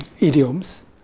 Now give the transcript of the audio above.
idioms